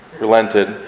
relented